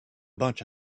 bunch